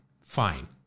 fine